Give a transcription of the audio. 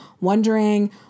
wondering